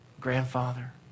grandfather